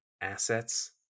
assets